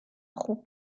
خوب